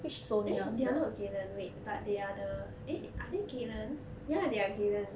eh they are not galen wait but they are the eh are they galen ya they are galen